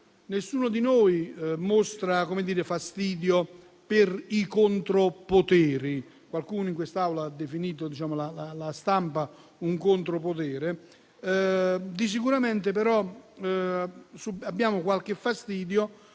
Nessuno di noi mostra fastidio per i contropoteri. Qualcuno in quest'Aula ha definito la stampa un contropotere. Sicuramente, però, abbiamo qualche fastidio